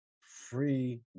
free